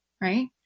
right